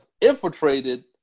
infiltrated